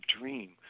dream